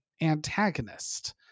antagonist